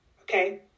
Okay